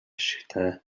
ашигтай